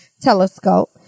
telescope